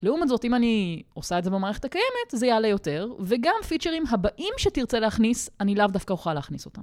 לעומת זאת, אם אני עושה את זה במערכת הקיימת, זה יעלה יותר וגם פיצ'רים הבאים שתרצה להכניס, אני לאו דווקא אוכל להכניס אותם